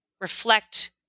reflect